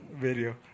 Video